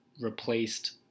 replaced